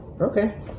Okay